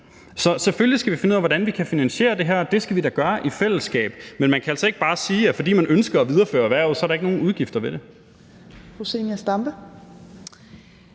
Selvfølgelig skal vi finde ud af, hvordan vi kan finansiere det her, og det skal vi da gøre i fællesskab. Men man kan altså ikke bare sige, at fordi man ønsker at videreføre erhvervet, er der ikke nogen udgifter forbundet